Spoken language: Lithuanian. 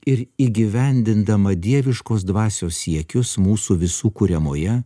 ir įgyvendindama dieviškos dvasios siekius mūsų visų kuriamoje